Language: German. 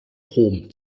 rom